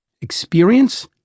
experience